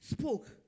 spoke